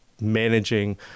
managing